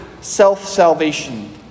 self-salvation